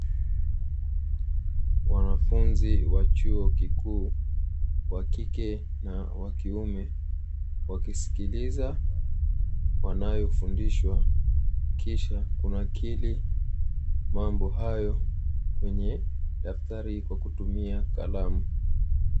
Wanafunzi wa chuo kikuu wa kike na wa kiume wakisikiliza wanayofundishwa, kisha kunakili mambo hayo kwenye daftari kwa kutumia kalamu.